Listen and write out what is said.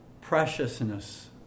preciousness